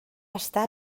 està